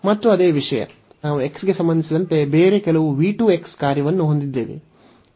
ಮತ್ತು ಅದೇ ವಿಷಯ ನಾವು x ಗೆ ಸಂಬಂಧಿಸಿದಂತೆ ಬೇರೆ ಕೆಲವು v 2 ಕಾರ್ಯವನ್ನು ಹೊಂದಿದ್ದೇವೆ